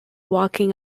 walking